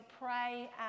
pray